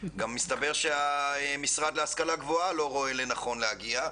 מסתבר שגם המשרד להשכלה גבוהה לא רואה לנכון להגיע.